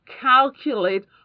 calculate